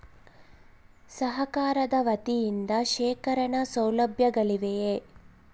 ಸರಕಾರದ ವತಿಯಿಂದ ಶೇಖರಣ ಸೌಲಭ್ಯಗಳಿವೆಯೇ?